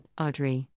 Audrey